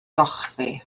gochddu